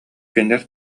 кинилэр